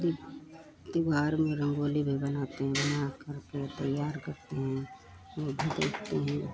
दि दिवार में रंगोली भी बनाते हैं बना करके तैयार भी करते हैं यह भी देखते हैं